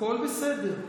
הכול בסדר.